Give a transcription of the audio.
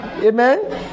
Amen